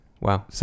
Wow